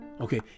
Okay